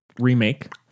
remake